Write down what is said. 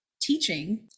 teaching